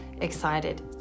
excited